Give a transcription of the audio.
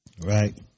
Right